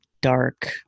dark